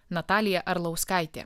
natalija arlauskaitė